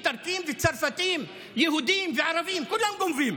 איטלקים וצרפתים, יהודים וערבים, כולם גונבים.